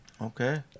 Okay